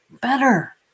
better